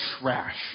trash